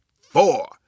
four